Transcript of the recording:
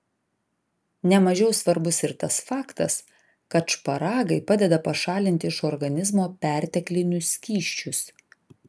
ne mažiau svarbus ir tas faktas kad šparagai padeda pašalinti iš organizmo perteklinius skysčius